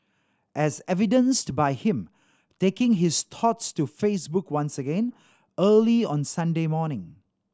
as evidenced by him taking his thoughts to Facebook once again early on Sunday morning